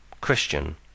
Christian